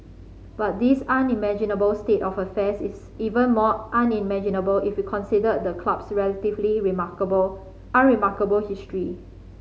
but this unimaginable state of affairs is even more unimaginable if you considered the club's relatively remarkable unremarkable history